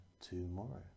tomorrow